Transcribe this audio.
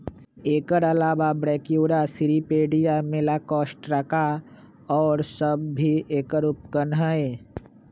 एकर अलावा Brachyura, Cirripedia, Malacostraca और सब भी एकर उपगण हई